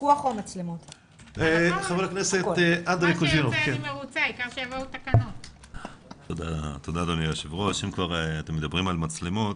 אם אתם מדברים על מצלמות